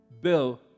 bill